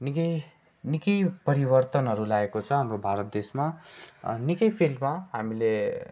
निकै निकै परिवर्तनहरू लाएको छ हाम्रो भारत देशमा निकै फिल्डमा हामीले